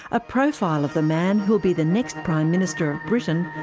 a profile of the man who will be the next prime minister of britain,